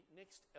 next